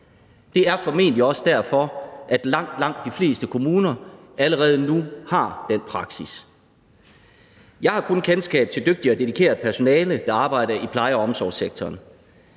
Det er formentlig også derfor, at langt, langt de fleste kommuner allerede nu har den praksis. Jeg har kun kendskab til dygtigt og dedikeret personale, der arbejder i pleje- og omsorgssektoren.